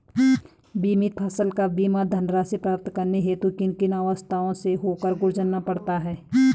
बीमित फसल का बीमा धनराशि प्राप्त करने हेतु किन किन अवस्थाओं से होकर गुजरना पड़ता है?